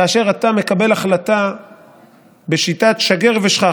כאשר אתה מקבל החלטה בשיטת "שגר ושכח",